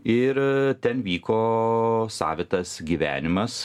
ir ten vyko savitas gyvenimas